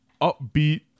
upbeat